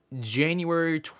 January